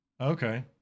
Okay